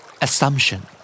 Assumption